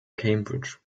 cambridge